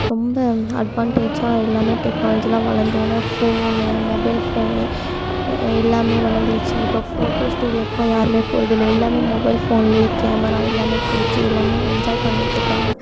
ரொம்ப அட்வான்டேஜாக எல்லாமே டெக்னாலஜிலாம் வளர்ந்தவொன்னே ஃபோனு மொபைல் ஃபோனு எல்லாமே வளர்ந்துருச்சி இப்போது ஃபோட்டோ ஸ்டூடியோகெலாம் யாருமே போகிறதில்ல எல்லாமே மொபைல் ஃபோன்லே கேமரா எல்லாமே பிடிச்சி எல்லாமே என்ஜாய் பண்ணிட்டிருக்காங்க